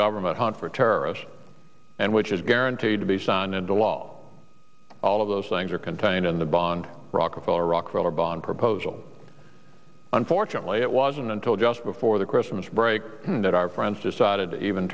a hunt for terrorists and which is guaranteed to be signed into law all of those things are contained in the bond rockefeller rockefeller bond proposal unfortunately it wasn't until just before the christmas break that our friends decided it even